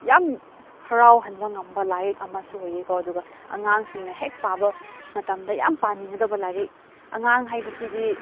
ꯌꯥꯝ ꯍꯔꯥꯎꯍꯟꯕ ꯉꯝꯕ ꯂꯥꯏꯔꯤꯛ ꯑꯃꯁꯨ ꯑꯣꯏꯌꯦꯀꯣ ꯑꯗꯨꯒ ꯑꯉꯥꯡꯁꯤꯡꯅ ꯍꯦꯛ ꯄꯥꯕ ꯃꯇꯝꯗ ꯌꯥꯝ ꯄꯥꯅꯤꯡꯒꯗꯕ ꯂꯥꯏꯔꯤꯛ ꯑꯉꯥꯡ ꯍꯥꯏꯕꯁꯤꯗꯤ